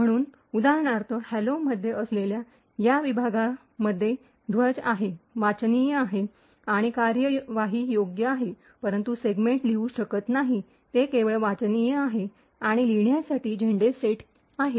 म्हणून उदाहरणार्थ हॅलो मध्ये असलेल्या या विभागामध्ये ध्वज आहेत वाचनीय आहेत आणि कार्यवाहीयोग्य आहेत परंतु सेगमेंट लिहू शकत नाही ते केवळ वाचनीय आहे आणि लिहिण्यासाठी झेंडे सेट आहेत